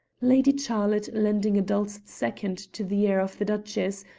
lady charlotte lending a dulcet second to the air of the duchess,